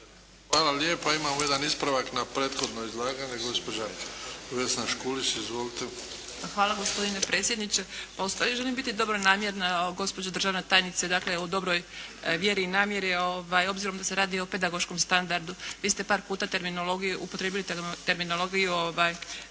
Škulić. Izvolite. **Škulić, Vesna (SDP)** Hvala gospodine predsjedniče. Pa u stvari želim biti dobronamjerna gospođo državna tajnice, dakle u dobroj vjeri i namjeri obzirom da se radi o pedagoškom standardu. Vi ste par puta terminologiju upotrijebili terminologiju